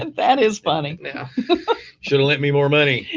and that is funny. yeah shouldn't lent me more money.